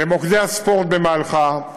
למוקדי הספורט במלחה,